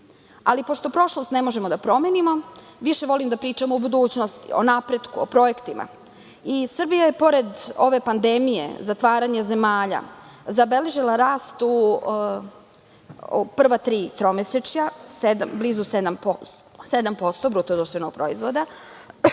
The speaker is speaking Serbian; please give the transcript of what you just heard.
Ali pošto prošlost ne možemo da promenimo, više volim da pričamo o budućnosti, o napretku, o projektima. Srbija je pored ove pandemije, zatvaranja zemalja, zabeležila rast u prva tri tromesečja, blizu sedam posto